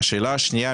שאלה שנייה,